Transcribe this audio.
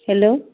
hello